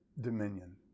dominion